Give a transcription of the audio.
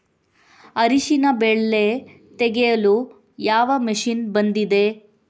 ಅರಿಶಿನ ಬೆಳೆ ತೆಗೆಯಲು ಯಾವ ಮಷೀನ್ ಬಂದಿದೆ?